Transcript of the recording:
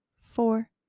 four